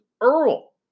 Earl